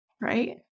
right